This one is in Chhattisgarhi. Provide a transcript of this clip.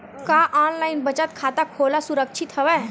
का ऑनलाइन बचत खाता खोला सुरक्षित हवय?